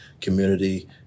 community